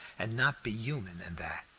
and not be human, and that.